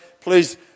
please